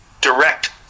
direct